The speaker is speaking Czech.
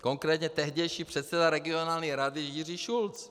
Konkrétně tehdejší předseda regionální rady Jiří Šulc.